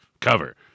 cover